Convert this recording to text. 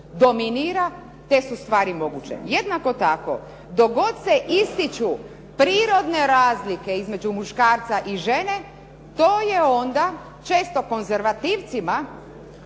dominira te su stvari moguće. Jednako tako dok god se ističu prirodne razlike između muškarca i žene to je onda često konzervativcima